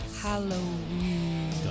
Halloween